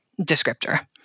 descriptor